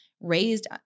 raised